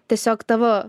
tiesiog tavo